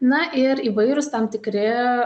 na ir įvairūs tam tikri